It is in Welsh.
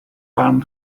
barn